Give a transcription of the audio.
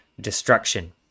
destruction